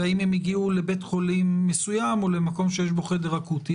ואם הם הגיעו לבית חולים מסוים או למקום שיש בו חדר אקוטי.